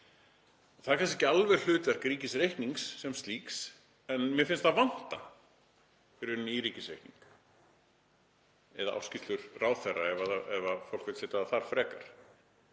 Það er kannski ekki alveg hlutverk ríkisreiknings sem slíks en mér finnst það vanta í rauninni í ríkisreikning eða ársskýrslur ráðherra, ef fólk vill setja það þar frekar,